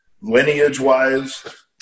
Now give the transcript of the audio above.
lineage-wise